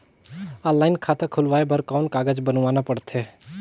Online खाता खुलवाय बर कौन कागज बनवाना पड़थे?